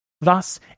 Thus